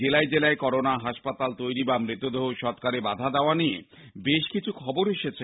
জেলায় জেলায় করোনা হাসপাতাল তৈরি বা মৃতদেহ সৎকারে বাধা দেওয়া নিয়ে বেশকিছু খবর এসেছে